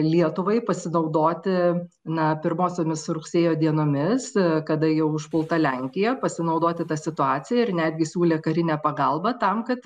lietuvai pasinaudoti na pirmosiomis rugsėjo dienomis kada jau užpulta lenkija pasinaudoti ta situacija ir netgi siūlė karinę pagalbą tam kad